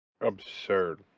Absurd